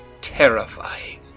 terrifying